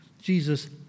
Jesus